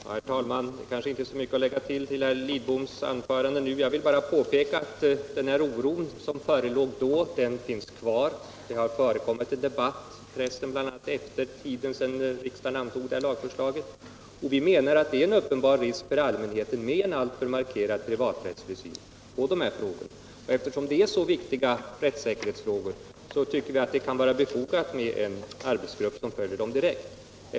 Herr talman! Det kanske inte är så mycket att säga med anledning av herr Lidboms anförande. Jag vill bara påpeka att den oro som förelåg tidigare finns kvar. Det har förekommit en debatt, bl.a. i pressen, under tiden efter det att lagförslaget antogs, och vi menar att det är en uppenbar risk för allmänheten med en alltför markerad privaträttslig syn i dessa frågor. Eftersom det gäller så viktiga rättssäkerhetsfrågor tycker vi att det kan vara befogat med en arbetsgrupp som följer dem direkt.